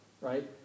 right